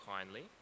kindly